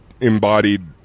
embodied